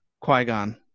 Qui-Gon